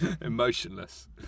Emotionless